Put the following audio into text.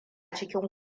cikin